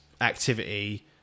activity